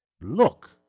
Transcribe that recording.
Look